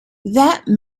that